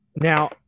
Now